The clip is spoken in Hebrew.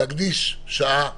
להקדיש שעה,